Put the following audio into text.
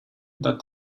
that